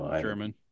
German